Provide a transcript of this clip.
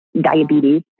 diabetes